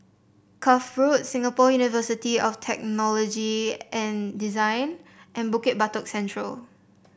Cuff Road Singapore University of Technology and Design and Bukit Batok Central